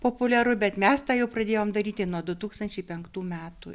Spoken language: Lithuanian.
populiaru bet mes tą jau pradėjom daryti nuo du tūkstančiai penktų metų